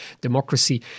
democracy